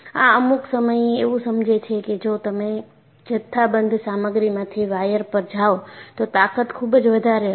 આ અમુક સમયે એવું સમજે છે કે જો તમે જથ્થાબંધ સામગ્રીમાંથી વાયર પર જાઓ તો તાકત ખૂબ જ વધારે હશે